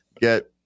get